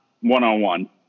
one-on-one